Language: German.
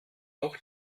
auch